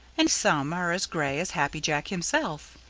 and some are as gray as happy jack himself.